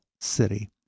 city